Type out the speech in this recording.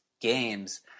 games